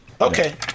Okay